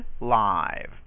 live